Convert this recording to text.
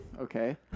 Okay